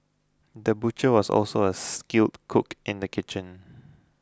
the butcher was also a skilled cook in the kitchen